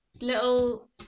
little